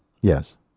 Yes